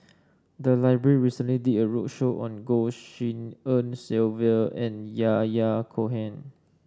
the library recently did a roadshow on Goh Tshin En Sylvia and Yahya Cohen